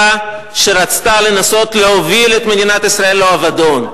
שרצתה לנסות להוביל את מדינת ישראל לאבדון.